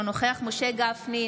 אינו נוכח משה גפני,